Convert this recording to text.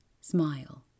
smile